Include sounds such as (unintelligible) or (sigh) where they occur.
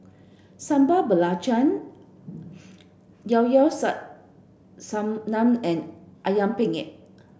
Sambal Belacan Llao Llao (unintelligible) Sanum and Ayam Penyet